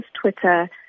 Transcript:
Twitter